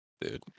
dude